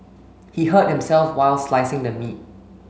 he hurt himself while slicing the meat